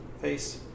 Face